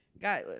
got